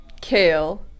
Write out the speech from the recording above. kale